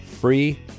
Free